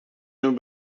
een